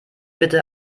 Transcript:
bitte